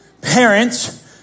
parents